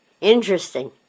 Interesting